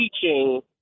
teaching